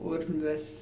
होर बस